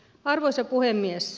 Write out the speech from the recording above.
arvoisa puhemies